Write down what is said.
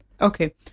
Okay